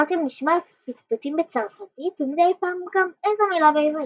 יכלתם לשמע פטפוטים בצרפתית ומדי פעם גם איזו מלה בעברית.